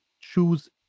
choose